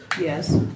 Yes